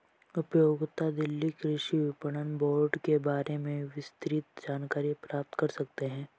उपयोगकर्ता दिल्ली कृषि विपणन बोर्ड के बारे में विस्तृत जानकारी प्राप्त कर सकते है